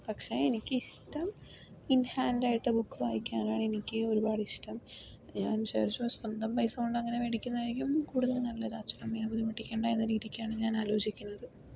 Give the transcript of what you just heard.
പക്ഷെ എനിക്കിഷ്ടം ഇൻഹാൻ്റായിട്ടുള്ള ബുക്ക് വായിക്കാനാണ് എനിക്ക് ഒരുപാട് ഇഷ്ടം ഞാൻ ശേഖരിച്ചുവെച്ച സ്വന്തം പൈസ കൊണ്ടങ്ങനെ വേടിക്കുന്നതായിരിക്കും കൂടുതലും നല്ലത് അച്ഛനമ്മേനെയും ബുദ്ധിമുട്ടിക്കേണ്ട എന്ന രീതിക്കാണ് ഞാൻ ആലോചിക്കുന്നത്